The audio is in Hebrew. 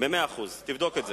במאה אחוז, תבדוק את זה.